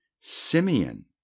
Simeon